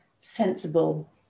sensible